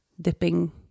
dipping